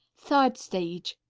third stage.